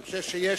חושב שיש